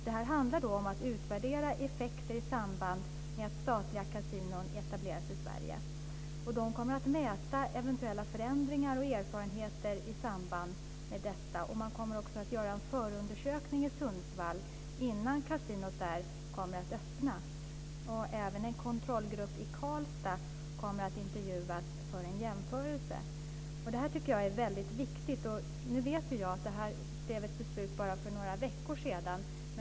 Det handlar om att utvärdera effekter i samband med att statliga kasinon etableras i Sverige. De kommer att mäta eventuella förändringar och erfarenheter i samband med detta. De kommer också att göra en förundersökning i Sundsvall innan kasinot där öppnas. Även en kontrollgrupp i Karlstad kommer att intervjuas för en jämförelse. Det tycker jag är väldigt viktigt. Jag vet att man fattade beslut om det för bara några veckor sedan.